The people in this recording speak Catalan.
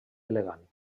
elegant